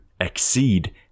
exceed